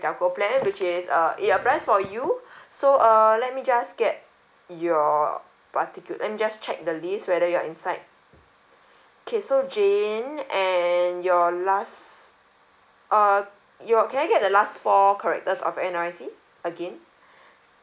telco plan which is uh he applies for you so uh let me just get your particul~ let me just check the list whether you are inside K so jane and your last err your can I get the last four characters of your N_R_I_C again